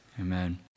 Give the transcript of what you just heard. Amen